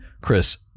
Chris